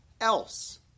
else